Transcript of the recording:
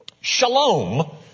shalom